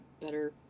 better